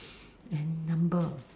any number